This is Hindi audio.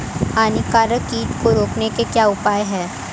हानिकारक कीट को रोकने के क्या उपाय हैं?